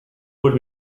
could